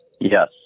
Yes